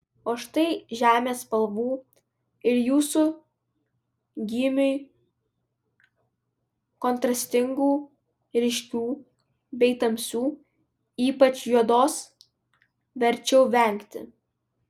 o štai žemės spalvų ir jūsų gymiui kontrastingų ryškių bei tamsių ypač juodos verčiau vengti